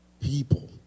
people